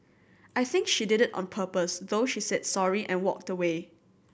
I think she did on purpose though she said sorry and walked away